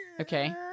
Okay